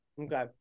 okay